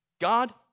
God